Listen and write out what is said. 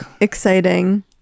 Exciting